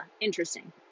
interesting